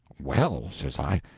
well, says i,